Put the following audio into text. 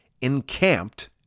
encamped